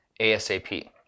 ASAP